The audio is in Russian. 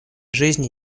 жизни